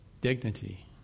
Dignity